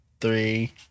three